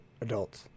adults